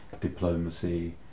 diplomacy